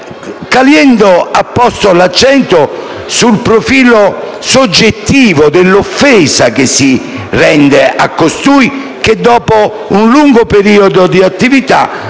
Caliendo ha posto l'accento sul profilo soggettivo dell'offesa che si rende a chi, dopo un lungo periodo di attività,